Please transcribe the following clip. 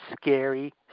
scary